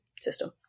system